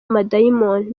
amadayimoni